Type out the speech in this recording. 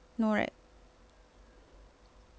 no right